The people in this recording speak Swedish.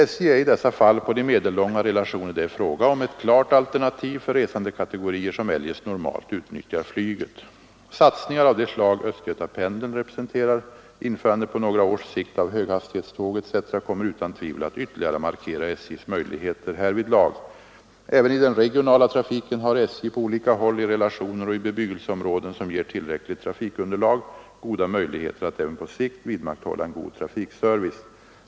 SJ är i dessa fall — på de medellånga relationer det är fråga om — ett klart alternativ för resandekategorier som eljest normalt utnyttjar flyget. Satsningar av det slag Östgötapendeln representerar, införande på några års sikt av höghastighetståg etc. kommer utan tvivel att ytterligare markera SJ:s möjligheter härvidlag. Även i den regionala trafiken har SJ på olika håll — i relationer och i bebyggelseområden som ger tillräckligt trafikunderlag — goda möjligheter att även på sikt vidmakthålla en bra trafikservice.